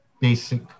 basic